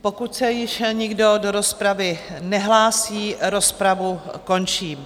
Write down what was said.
Pokud se již nikdo do rozpravy nehlásí, rozpravu končím.